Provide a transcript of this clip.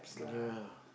ya